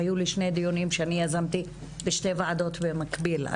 היו לי שני דיונים שאני יזמתי בשתי ועדות במקביל.